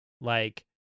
like-